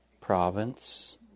province